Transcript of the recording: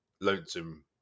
lonesome